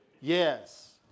yes